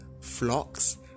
flocks